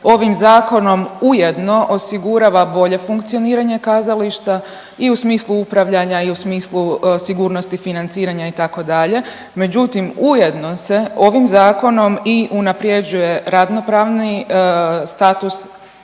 ovim zakonom ujedno osigurava bolje funkcioniranje kazališta i u smislu upravljanja i u smislu sigurnosti financiranja itd., međutim ujedno se ovim zakonom i unaprjeđuje radno pravni status umjetnika,